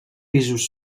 pisos